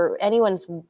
anyone's